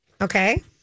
Okay